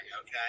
okay